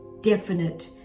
definite